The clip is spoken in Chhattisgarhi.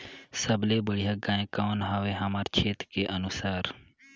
सबले बढ़िया गाय कौन हवे हमर क्षेत्र के अनुसार?